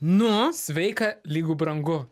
nu sveika lygu brangu